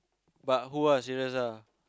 but who ah serious ah